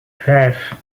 vijf